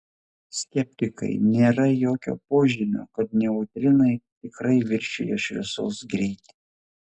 skeptikai nėra jokio požymio kad neutrinai tikrai viršijo šviesos greitį